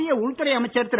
மத்திய உள்துறை அமைச்சர் திரு